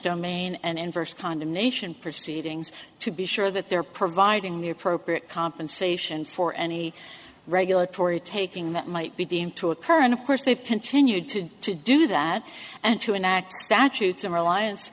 domain and inverse condemnation proceedings to be sure that they're providing the appropriate compensation for any regulatory taking that might be deemed to occur and of course they've continued to to do that and to enact that shoots and relian